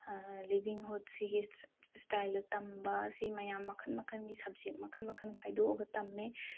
ꯂꯤꯕꯤꯡꯍꯨꯠꯁꯤꯒꯤ ꯏꯁꯇꯥꯏꯜꯗ ꯇꯝꯕ ꯁꯤ ꯃꯌꯥꯝ ꯃꯈꯜ ꯃꯈꯜꯒꯤ ꯁꯕꯖꯦꯛ ꯃꯈꯜ ꯃꯈꯜ ꯈꯥꯏꯗꯣꯛꯑꯒ ꯇꯝꯃꯤ